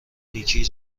نیکی